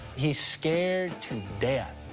he's scared to death.